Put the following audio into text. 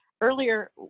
Earlier